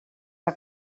que